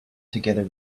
together